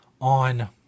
on